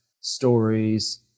stories